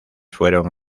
fueron